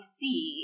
see